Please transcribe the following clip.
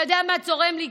אתה יודע מה צורם לי?